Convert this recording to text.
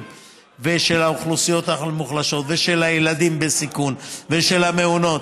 ושל האוכלוסיות המוחלשות ושל הילדים בסיכון ושל המעונות.